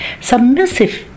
submissive